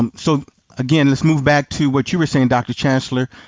and so again, let's move back to what you were saying, dr. chancellor.